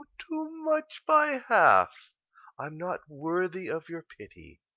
too much by half i am not worthy of your pity.